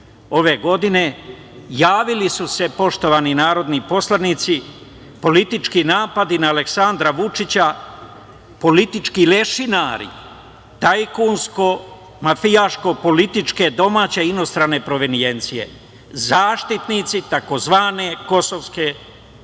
ove godine javili su se, poštovani narodni poslanici, politički napadi na Aleksandra Vučića, političkih lešinara, tajkunsko, mafijaško, političke, domaće, inostrane provenijencije, zaštitnici tzv. kosovske